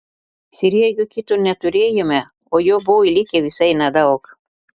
sriegio kito neturėjome o jo buvo likę visai nedaug